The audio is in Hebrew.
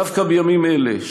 דווקא בימים אלה,